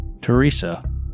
Teresa